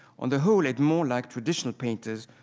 on the whole, edmond liked traditional painters,